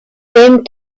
same